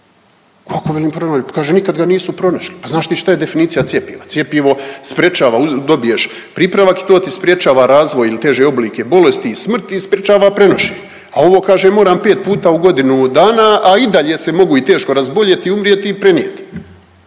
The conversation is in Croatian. kako velim pronađu, pa kaže nikad ga nisu pronašli. Pa znaš ti šta je definicija cjepiva, cjepivo sprečava, dobiješ pripravak i to ti sprječava razvoj ili teže oblike bolesti i smrti i sprječava prenošenje, a ovo kaže moram 5 puta u godinu dana, a i dalje se mogu i teško razboljeti i umrijeti i prenijeti,